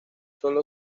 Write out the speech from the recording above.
sólo